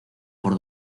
por